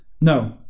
No